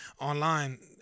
online